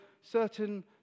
certain